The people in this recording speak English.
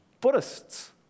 Buddhists